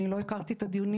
אני לא הכרתי את הדיונים,